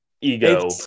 ego